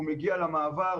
הוא מגיע למעבר,